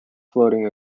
floating